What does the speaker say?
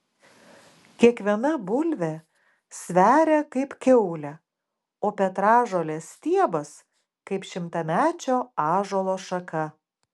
kiekviena bulvė sveria kaip kiaulė o petražolės stiebas kaip šimtamečio ąžuolo šaka